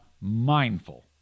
mindful